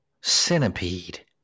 Centipede